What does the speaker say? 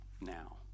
now